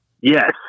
Yes